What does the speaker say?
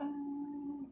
mm